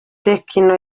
tecno